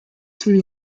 three